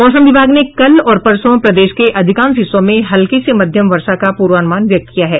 मौसम विभाग ने कल और परसों प्रदेश के अधिकांश हिस्सों में हल्की से मध्यम वर्षा का प्रर्वानुमान व्यक्त किया है